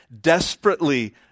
desperately